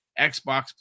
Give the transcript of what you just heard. Xbox